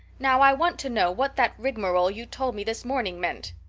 now i want to know what that rigmarole you told me this morning meant.